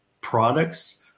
products